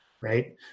Right